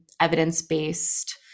evidence-based